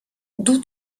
d’où